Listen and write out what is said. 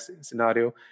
scenario